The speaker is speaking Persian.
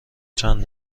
چند